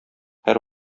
һәр